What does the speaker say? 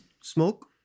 smoke